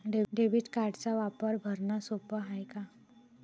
Debit कार्डचा वापर भरनं सोप हाय का?